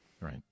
right